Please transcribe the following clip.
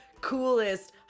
coolest